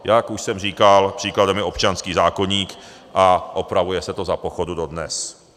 Jak už jsem říkal, příkladem je občanský zákoník a opravuje se to za pochodu dodnes.